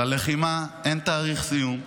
ללחימה אין תאריך סיום,